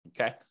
Okay